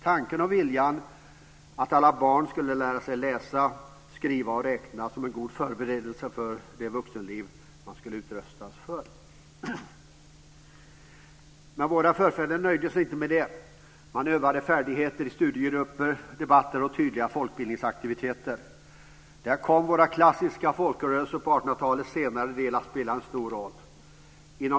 Tanken och viljan var att alla barn skulle lära sig läsa, skriva och räkna som en god förberedelse för det vuxenliv som man skulle utrustas för. Men våra förfäder nöjde sig inte med det. Man övade färdigheter i studiegrupper, debatter och tydliga folkbildningsaktiviteter. Där kom våra klassiska folkrörelser på 1800-talets senare del att spela en stor roll.